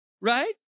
right